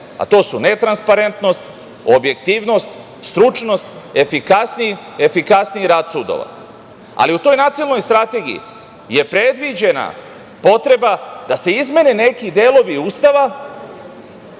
a to su – netransparentnost, objektivnost, stručnost, efikasniji rad sudova.U toj Nacionalnoj strategiji je predviđena potreba da se izmene neki delovi Ustava,